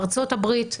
ארצות הברית,